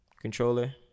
controller